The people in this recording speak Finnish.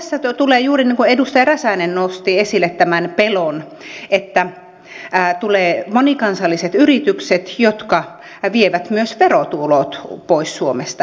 tässä tulee se asia juuri niin kuin edustaja räsänen nosti esille tämän pelon että tulevat monikansalliset yritykset jotka vievät myös verotulot pois suomesta